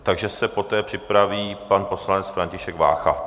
Takže se poté připraví pan poslanec František Vácha.